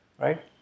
right